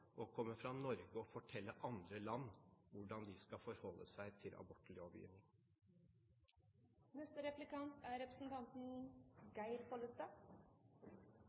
å komme fra Norge og fortelle andre land hvordan de skal forholde seg til abortlovgivning. Senterpartiet og Kristelig Folkeparti er